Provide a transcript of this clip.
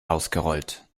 ausgerollt